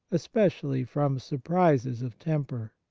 especially from surprises of temper.